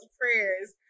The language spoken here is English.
prayers